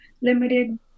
limited